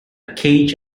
cage